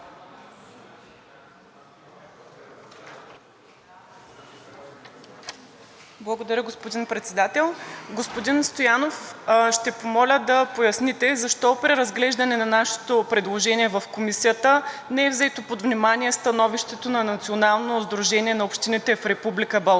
Благодаря, господин Председател. Господин Стоянов, ще помоля да поясните защо при разглеждане на нашето предложение в Комисията не е взето под внимание становището на Националното сдружение на общините в Република